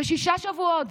בשישה שבועות,